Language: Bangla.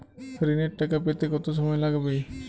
ঋণের টাকা পেতে কত সময় লাগবে?